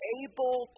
able